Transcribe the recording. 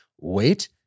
wait